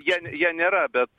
jie jau nėra bet